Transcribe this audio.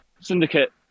Syndicate